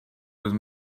with